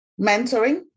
Mentoring